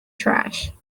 trash